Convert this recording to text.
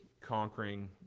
conquering